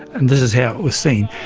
and this is how it was seen.